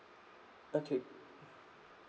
okay